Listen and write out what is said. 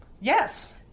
Yes